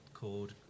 called